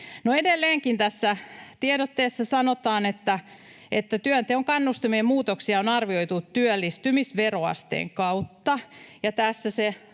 edelleenkin tässä tiedotteessa sanotaan, että työnteon kannustimien muutoksia on arvioitu työllistymisveroasteen kautta,